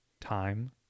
time